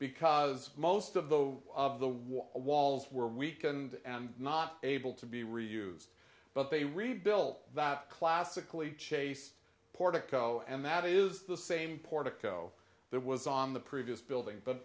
because most of the of the wall walls were weakened and not able to be reused but they rebuilt that classically chase portico and that is the same portico that was on the previous building but